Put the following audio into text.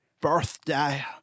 birthday